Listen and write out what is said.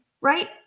right